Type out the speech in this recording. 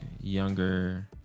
younger